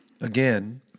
Again